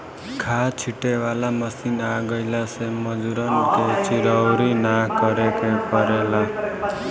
खाद छींटे वाला मशीन आ गइला से मजूरन के चिरौरी ना करे के पड़ेला